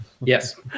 Yes